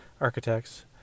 architects